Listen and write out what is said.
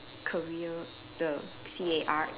career the C A R